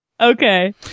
Okay